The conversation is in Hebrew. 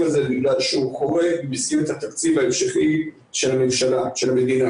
הזה בגלל שהוא חורג ממסגרת התקציב ההמשכי של המדינה.